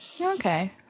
Okay